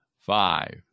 Five